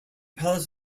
palace